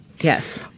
yes